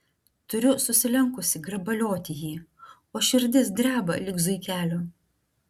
turiu susilenkusi grabalioti jį o širdis dreba lyg zuikelio